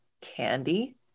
Candy